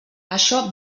això